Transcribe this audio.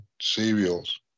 serials